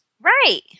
Right